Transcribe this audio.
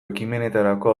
ekimenetarako